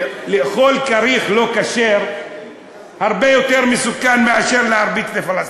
לאכול כריך לא כשר הרבה יותר מסוכן מאשר להרביץ לפלסטיני.